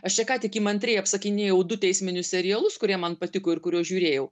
aš čia ką tik įmantriai apsakinėjau du teisminius serialus kurie man patiko ir kuriuos žiūrėjau